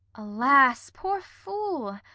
alas, poor fool,